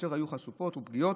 שהיו יותר חשופות ופגיעות,